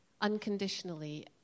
Unconditionally